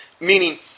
Meaning